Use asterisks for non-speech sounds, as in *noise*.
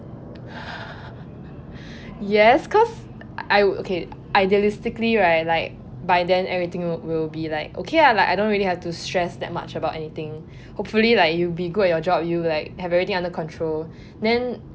*laughs* yes cause I okay idealistically right like by then everything will be like okay lah I don't really have to stress that much about anything hopefully lah you will be good at your job you be like have everything under control then